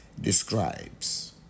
describes